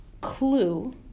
clue